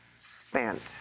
Spent